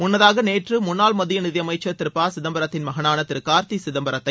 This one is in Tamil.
முன்னதாக நேற்று முன்னாள் மத்திய நிதியமைச்சர் திரு ப சிதம்பரத்தின் மகனான திரு கார்த்தி சிதம்பரத்தை